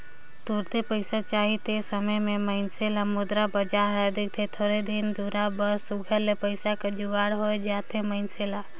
तुरते पइसा चाही ते समे में मइनसे ल मुद्रा बजार हर दिखथे थोरहें दिन दुरा बर सुग्घर ले पइसा कर जुगाड़ होए जाथे मइनसे ल